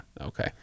Okay